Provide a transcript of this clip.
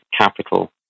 capital